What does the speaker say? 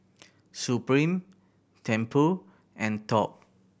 Supreme Tempur and Top